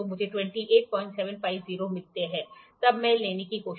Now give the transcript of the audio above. तो मुझे 28750 मिलते हैं तब मैं लेने की कोशिश करता हूं